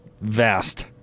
vast